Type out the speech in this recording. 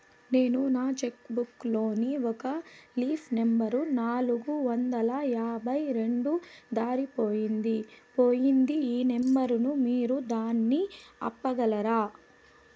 నేను నా cheque book లోని ఒక లీఫ్ నెంబర్ నాలుగు వందల యాభై రెండు దారిపొయింది పోయింది ఈ నెంబర్ ను మీరు దాన్ని ఆపగలరా?